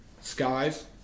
Skies